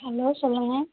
hello சொல்லுங்க